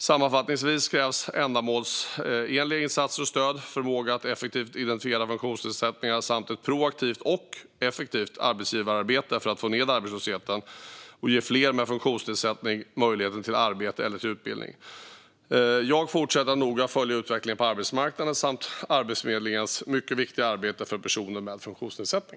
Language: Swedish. Sammanfattningsvis krävs ändamålsenliga insatser och stöd, förmåga att effektivt identifiera funktionsnedsättningar samt ett proaktivt och effektivt arbetsgivararbete för att få ned arbetslösheten och ge fler med funktionsnedsättning möjligheten till arbete eller utbildning. Jag fortsätter att noga följa utvecklingen på arbetsmarknaden samt Arbetsförmedlingens mycket viktiga arbete för personer med funktionsnedsättning.